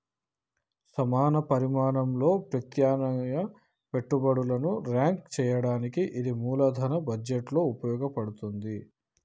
సమాన పరిమాణంలో ప్రత్యామ్నాయ పెట్టుబడులను ర్యాంక్ చేయడానికి ఇది మూలధన బడ్జెట్లో ఉపయోగించబడతాంది